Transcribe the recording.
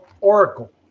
Oracle